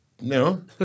No